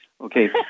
Okay